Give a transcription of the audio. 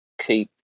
keep